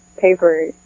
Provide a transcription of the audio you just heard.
paper